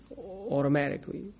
automatically